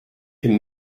could